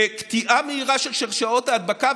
לקטיעה מהירה של שרשרות ההדבקה,